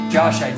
Josh